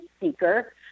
seeker